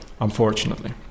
unfortunately